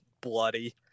bloody